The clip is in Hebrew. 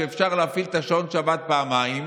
שאפשר להפעיל את שעון השבת פעמיים,